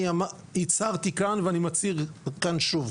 אני הצהרתי כאן ואני מצהיר כאן שוב,